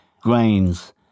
grains